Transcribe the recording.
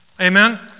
amen